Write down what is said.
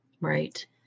right